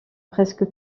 presque